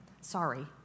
Sorry